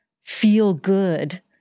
feel-good